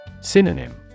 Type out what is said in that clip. Synonym